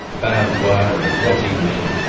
barbed wire and rotting men,